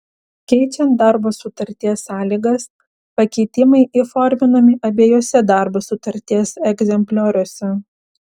keičiant darbo sutarties sąlygas pakeitimai įforminami abiejuose darbo sutarties egzemplioriuose